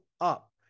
up